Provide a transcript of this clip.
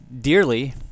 dearly